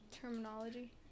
Terminology